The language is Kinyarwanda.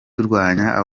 turwanya